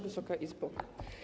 Wysoka Izbo!